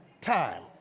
time